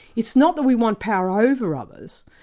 it's not that we want power over others,